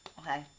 Okay